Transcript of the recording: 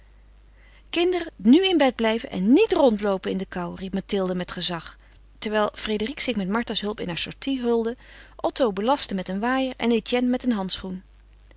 kinderen nu in bed blijven en niet rondloopen in de koû riep mathilde met gezag terwijl frédérique zich met martha's hulp in haar sortie hulde otto belastte met een waaier en etienne met een handschoen